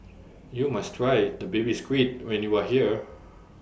YOU must Try Baby Squid when YOU Are here